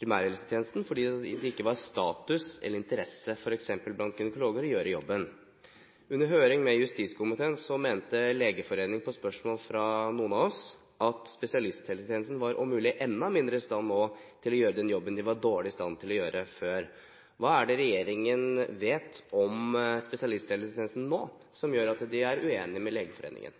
primærhelsetjenesten, fordi det ikke hadde status eller var interesse for, f.eks. blant gynekologer, å gjøre jobben. Under høring med justiskomiteen mente Legeforeningen – etter spørsmål fra noen av oss – at spesialisthelsetjenesten nå var, om mulig, enda mindre i stand til å gjøre den jobben de var lite i stand til å gjøre før. Hva er det regjeringen vet om spesialisthelsetjenesten nå, som gjør at de er uenig med Legeforeningen?